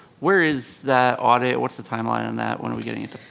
where is the audit? what's the timeline on that? when are we getting it?